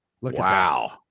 Wow